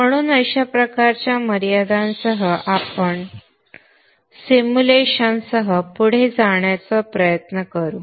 म्हणून अशा प्रकारच्या मर्यादांसह आपण सिम्युलेशन सह पुढे जाण्याचा प्रयत्न करू